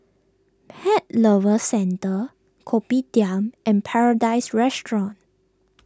Pet Lovers Centre Kopitiam and Paradise Restaurant